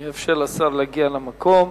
אני אאפשר לשר להגיע למקום.